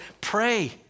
pray